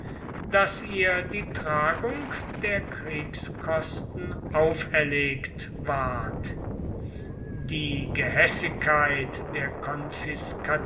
daß ihr die tragung der kriegskosten auferlegt ward die gehässigkeit der